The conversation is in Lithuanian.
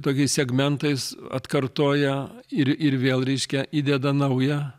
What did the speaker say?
tokiais segmentais atkartoja ir ir vėl reiškia įdeda naują